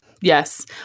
Yes